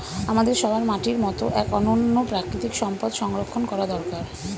আমাদের সবার মাটির মতো এক অনন্য প্রাকৃতিক সম্পদ সংরক্ষণ করা দরকার